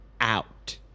out